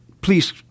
Please